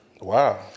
Wow